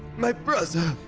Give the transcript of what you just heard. my brozer!